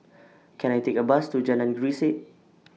Can I Take A Bus to Jalan Grisek